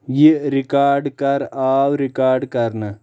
یہِ رِکاڈ کر آو رِکاڈ کرنہٕ